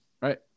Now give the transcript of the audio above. Right